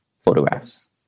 photographs